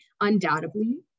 undoubtedly